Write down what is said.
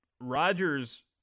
Rodgers